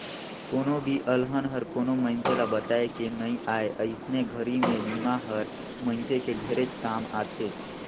कोनो भी अलहन हर कोनो मइनसे ल बताए के नइ आए अइसने घरी मे बिमा हर मइनसे के ढेरेच काम आथे